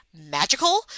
magical